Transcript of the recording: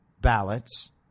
ballots